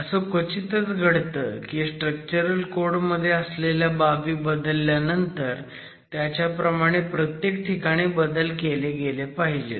असं क्वचितच घडतं की स्ट्रक्चरल कोड मध्ये असलेल्या बाबी बदलल्या नंतर त्याच्याप्रमाणे प्रत्येक ठिकाणी बदल केले गेले पाहिजेत